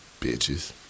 Bitches